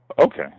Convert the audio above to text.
Okay